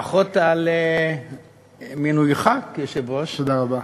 ברכות על מינויך ליושב-ראש.